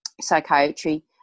psychiatry